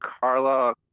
Carla